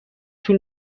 طول